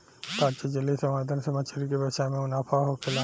ताजा जलीय संवर्धन से मछली के व्यवसाय में मुनाफा होखेला